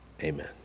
Amen